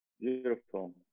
beautiful